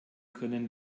können